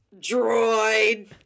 Droid